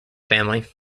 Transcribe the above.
family